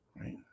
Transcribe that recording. right